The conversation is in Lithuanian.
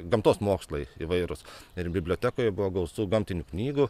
gamtos mokslai įvairūs ir bibliotekoj buvo gausu gamtinių knygų